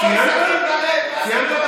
סיימת את החקירה?